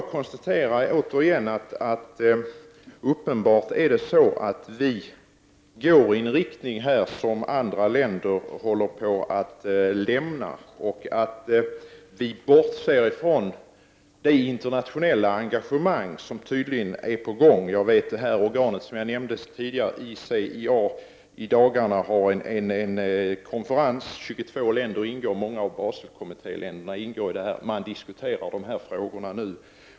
Jag vill bara återigen konstatera att vi uppenbarligen går i en riktning som andra länder håller på att lämna. Vi bortser från det internationella engagemang som tydligen är på gång. Det organ jag nämnde tidigare, ICIA, har i dagarna en konferens. 22 länder och många av Baselkommittéländerna ingår. Man diskuterar dessa frågor.